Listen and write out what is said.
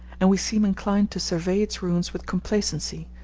and we seem inclined to survey its ruins with complacency,